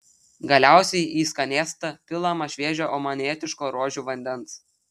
galiausiai į skanėstą pilama šviežio omanietiško rožių vandens